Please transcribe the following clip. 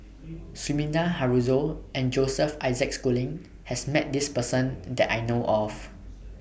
Sumida Haruzo and Joseph Isaac Schooling has Met This Person that I know of